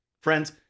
Friends